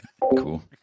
Cool